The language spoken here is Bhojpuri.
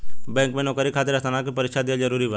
बैंक में नौकरी खातिर स्नातक के परीक्षा दिहल जरूरी बा?